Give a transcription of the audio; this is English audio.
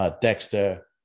Dexter